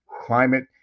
climate